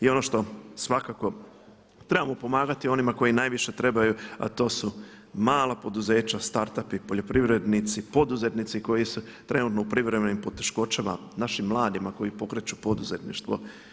I ono što svakako trebamo pomagati onima koji najviše trebaju, a to su mala poduzeća start up-ovi, poljoprivrednici, poduzetnici koji su trenutno u privremenim poteškoćama, našim mladima koji pokreću poduzetništvo.